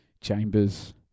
Chambers